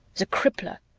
the crippler!